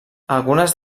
algunes